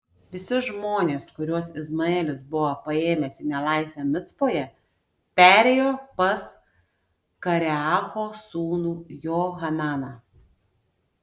visi žmonės kuriuos izmaelis buvo paėmęs į nelaisvę micpoje perėjo pas kareacho sūnų johananą